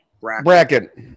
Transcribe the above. bracket